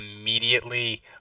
immediately